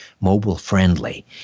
mobile-friendly